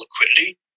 liquidity